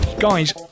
Guys